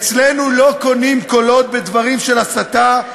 אצלנו לא קונים קולות בדברים של הסתה,